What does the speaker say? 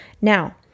Now